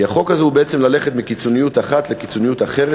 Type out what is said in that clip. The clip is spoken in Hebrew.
כי החוק הזה הוא בעצם ללכת מקיצוניות אחת לקיצוניות אחרת,